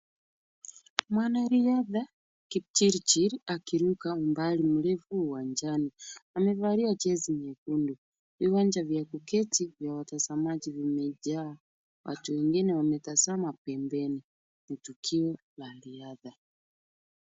Mwanariadha Kipchirchir akiruka mbali mrefu uwanjani. Amevalia jezi nyekundu. Viwanja vya kuketi vya watazamaji vimejaa. Watu wengine wametazama pembeni. Ni tukio la riadha.